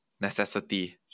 necessity